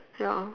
ya